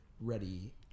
ready